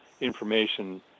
information